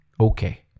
Okay